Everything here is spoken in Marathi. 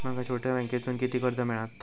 माका छोट्या बँकेतून किती कर्ज मिळात?